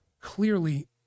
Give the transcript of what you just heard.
clearly